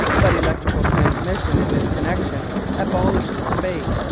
but electrical transmission in this connection abolishes space,